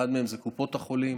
אחד מהם זה קופות החולים